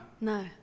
No